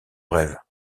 brève